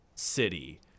city